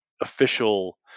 official